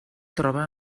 troba